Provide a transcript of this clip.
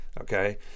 okay